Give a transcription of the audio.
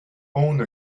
own